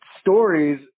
stories